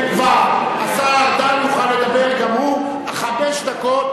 השר ארדן יוכל לדבר גם הוא חמש דקות,